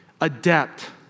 adept